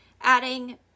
adding